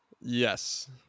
Yes